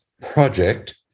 project